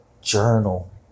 journal